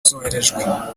zoherejwe